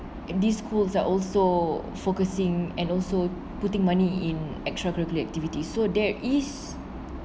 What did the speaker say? these schools are also focusing and also putting money in extra curricular activity so there is